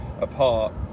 apart